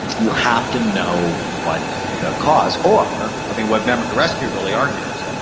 you have to know what's the cause, or i mean what memory rescue really argues,